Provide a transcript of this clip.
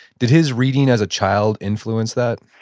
did his reading as a child influence that?